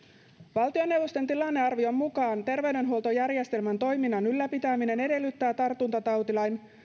valtioneuvoston tilannearvion mukaan terveydenhuoltojärjestelmän toiminnan ylläpitäminen edellyttää tartuntatautilain